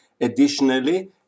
Additionally